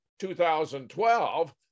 2012